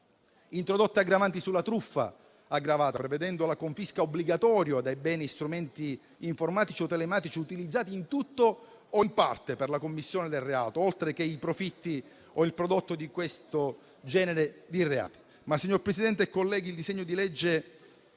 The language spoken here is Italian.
introdotte aggravanti sulla truffa (aggravata, quindi), prevedendo la confisca obbligatoria di beni e strumenti informatici o telematici utilizzati in tutto o in parte per la commissione del reato, oltre che i profitti o il prodotto di questo genere di reati. Signor Presidente, colleghi, il disegno di legge